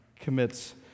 commits